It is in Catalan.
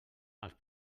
als